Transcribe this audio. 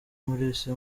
maurice